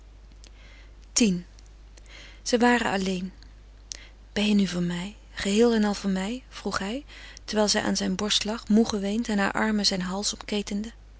x zij waren alleen ben je nu van mij geheel en al van mij vroeg hij terwijl zij aan zijn borst lag moê geweend en haar armen zijn hals omketenden